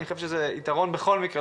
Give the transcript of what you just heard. לדעתי זה יתרון בכל מקרה,